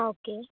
okay